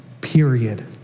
period